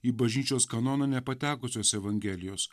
į bažnyčios kanoną nepatekusios evangelijos